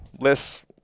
less